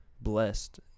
blessed